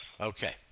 okay